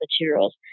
materials